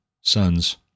sons